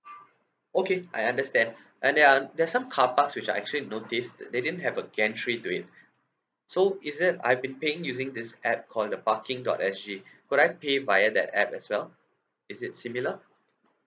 okay I understand and there are there's some carparks which I actually notice that they didn't have a gantry to it so is that I've been paying using this app called the parking dot S G could I pay via that app as well is it similar